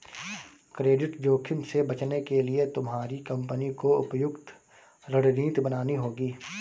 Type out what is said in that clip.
credit जोखिम से बचने के लिए तुम्हारी कंपनी को उपयुक्त रणनीति बनानी होगी